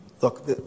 Look